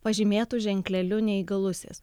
pažymėtu ženkleliu neįgalusis